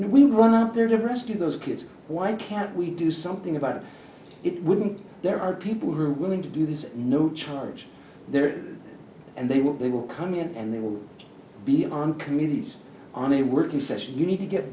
we run up there to rescue those kids why can't we do something about it wouldn't there are people who are willing to do this no charge there and they will they will come in and they will be on communities on a working session you need to get